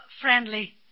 friendly